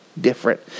different